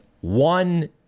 one